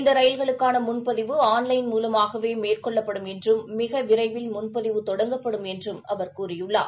இந்த ரயில்களுக்கான முன்பதிவு ஆன் லைன் மூலமாகவே மேற்கொள்ளப்படும் என்றும் மிக விரைவில் முன்பதிவு தொடங்கப்படும் என்றும் அவர் கூறியுள்ளார்